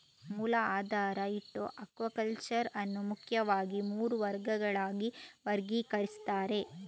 ಮೂಲ ಆಧಾರ ಇಟ್ಟು ಅಕ್ವಾಕಲ್ಚರ್ ಅನ್ನು ಮುಖ್ಯವಾಗಿ ಮೂರು ವರ್ಗಗಳಾಗಿ ವರ್ಗೀಕರಿಸ್ತಾರೆ